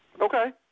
Okay